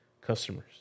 customers